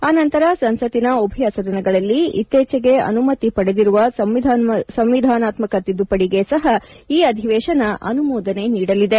ಆ ನಂತರ ಸಂಸತ್ತಿನ ಉಭಯ ಸದನಗಳಲ್ಲಿ ಇತ್ತೀಚೆಗೆ ಅನುಮತಿ ಪಡೆದಿರುವ ಸಂವಿಧಾನಾತ್ಸಕ ತಿದ್ದುಪಡಿಗೆ ಸಹ ಈ ಅಧಿವೇಶನ ಅನುಮೋದನೆ ನೀಡಲಿದೆ